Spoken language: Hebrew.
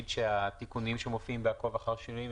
התיקונים שמופיעים ב"עקוב אחר שינויים"